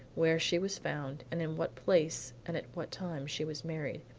where she was found, and in what place and at what time she was married,